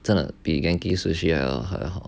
真的比 genki sushi 还好